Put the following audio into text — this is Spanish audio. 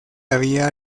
había